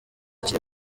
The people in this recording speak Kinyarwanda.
kiri